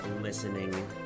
listening